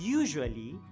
usually